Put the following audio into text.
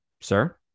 sir